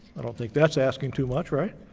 i don't think that's asking too much, right?